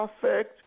perfect